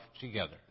together